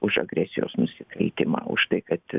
už agresijos nusikaltimą už tai kad